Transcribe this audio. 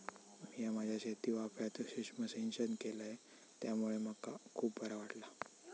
मिया माझ्या शेतीवाफ्यात सुक्ष्म सिंचन केलय त्यामुळे मका खुप बरा वाटला